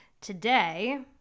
today